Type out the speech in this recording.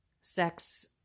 sex